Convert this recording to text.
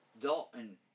Dalton